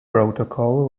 protocol